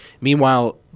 Meanwhile